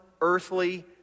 earthly